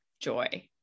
joy